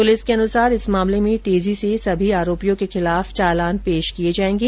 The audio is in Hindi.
पुलिस के अनुसार इस मामले में तेजी से सभी आरोपियों के खिलाफ चालान पेश किए जाएंगे